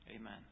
Amen